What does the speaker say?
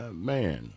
man